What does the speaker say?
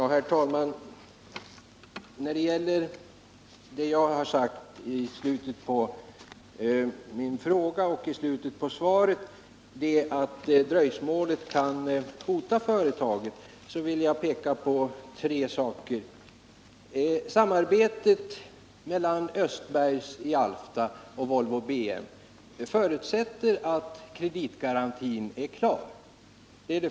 Herr talman! När det gäller det jag har sagt i slutet av min fråga, som bemöts i slutet av svaret, nämligen att dröjsmålet kan hota företagen, vill jag peka på tre saker. För det första förutsätter samarbetet mellan Östbergs i Alfta och Volvo BM att kreditgarantin är klar.